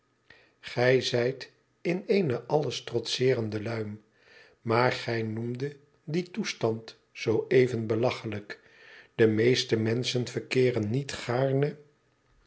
gij zijt in eene alles trotseerende luim maar gij noemdet dien toestand zoo even belachelijk de meeste menschen verkeeren niet gaarne